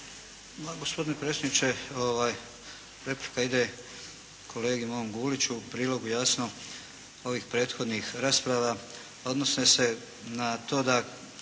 gospodine predsjedniče. Replika ide kolegi mom Guliću, u prilogu jasno ovih prethodnih rasprava. Odnosi se na to da